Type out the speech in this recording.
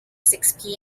six